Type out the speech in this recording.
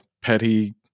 petty